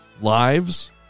lives